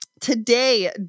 Today